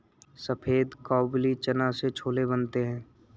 सफेद काबुली चना से छोले बनते हैं